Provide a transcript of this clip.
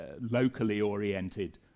locally-oriented